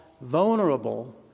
vulnerable